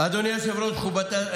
אדוני היושב-ראש,